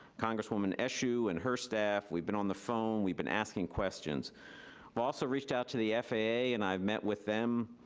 congresswoman eshoo and her staff. we've been on the phone. we've been asking questions. i've also reached out to the faa, and i've met with them.